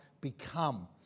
become